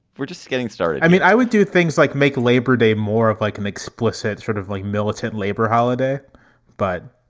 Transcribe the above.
we're just getting started. i mean, i would do things like make labor day more of like an explicit sort of like militant labor holiday but,